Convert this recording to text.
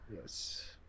Yes